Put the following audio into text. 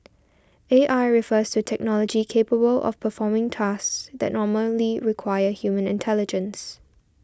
A I refers to technology capable of performing tasks that normally require human intelligence